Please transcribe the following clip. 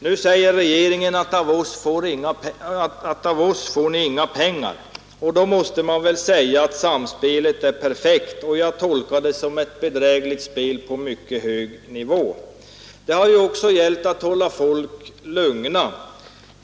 Nu säger regeringen: Av oss får ni inga pengar! Då måste man väl säga att samspelet är perfekt. Jag tolkar det som ett bedrägligt spel på mycket hög nivå. Det har ju också gällt att hålla folk lugna.